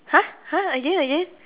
!huh! !huh! again again